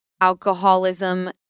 Alcoholism